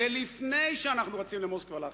ולפני שאנחנו רצים למוסקבה להכריז,